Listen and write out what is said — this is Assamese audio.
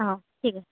অ' ঠিক আছে